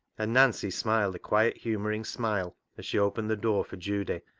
and nancy smiled a quiet, humouring smile as she opened the door for judy,